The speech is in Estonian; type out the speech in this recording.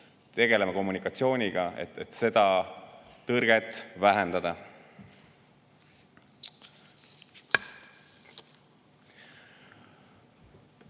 tegeleme kommunikatsiooniga, et seda tõrget vähendada.